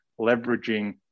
leveraging